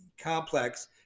complex